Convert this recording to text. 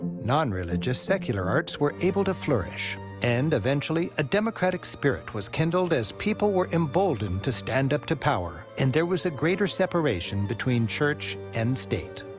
nonreligious, secular arts were able to flourish. and, eventually, a democratic spirit was kindled as people were emboldened to stand up to power, and there was a greater separation between church and state.